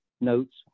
notes